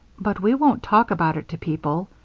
but we won't talk about it to people,